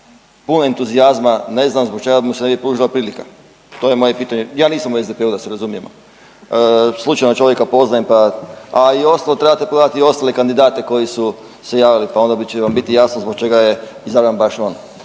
pun entuzijazma. Ne znam zbog čega mu se ne bi pružila prilika to je moje pitanje. Ja nisam u SDP-u da se razumijemo. Slučajno čovjeka poznajem pa, a i uostalom trebate pogledati i ostale kandidate koji su se javili pa onda će vam biti jasno zbog čega je izabran baš on.